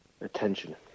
attention